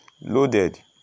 loaded